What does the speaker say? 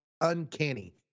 uncanny